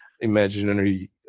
imaginary